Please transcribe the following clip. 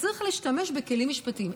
צריך להשתמש בכלים משפטיים.